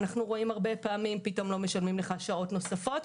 אנחנו רואים הרבה פעמים שפתאום לא משלמים לו שעות נוספות.